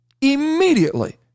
immediately